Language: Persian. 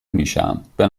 میشم، به